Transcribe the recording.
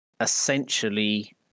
essentially